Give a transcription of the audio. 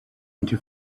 into